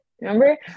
remember